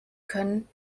können